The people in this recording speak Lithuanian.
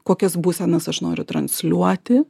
kokias būsenas aš noriu transliuoti